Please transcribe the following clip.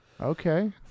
Okay